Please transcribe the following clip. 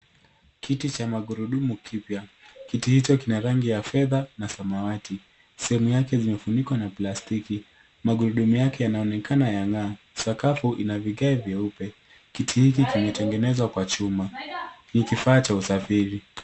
Kiti cha magurudumu kipya. kiti hicho kina rangi ya fedha na samawati sehemu yake zimefunikwa na plastiki magurudumu yake yanaonekana yang'aa. Sakafu ina vigeo vyeupe. Kiti hiki kimetengenezwa kwa chuma, ni kifaa cha usafiri.